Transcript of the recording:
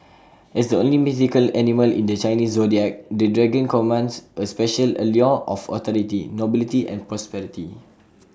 as the only mythical animal in the Chinese Zodiac the dragon commands A special allure of authority nobility and prosperity